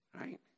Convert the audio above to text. Right